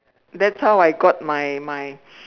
that's how I got my my